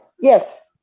yes